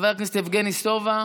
חבר הכנסת יבגני סובה,